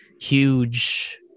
huge